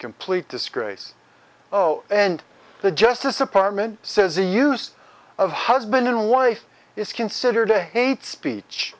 complete disgrace oh and the justice department says the use of husband and wife is considered a hate speech